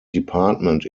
department